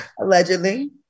Allegedly